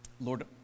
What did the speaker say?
Lord